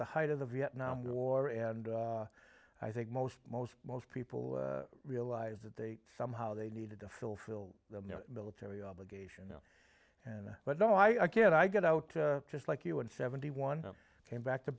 the height of the vietnam war and i think most most most people realize that they somehow they needed to fulfill the military obligation and but no i get i get out just like you and seventy one came back to